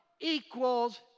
equals